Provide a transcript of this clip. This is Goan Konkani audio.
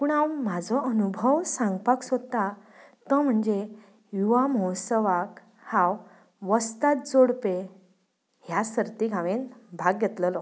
पूण हांव म्हजो अणुभव सांगपाक सोदतां तो म्हणजे युवा म्होत्सवाक हांव वस्ताद जोडपें ह्या सर्तीक हांवें भाग घेतलेलो